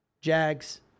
Jags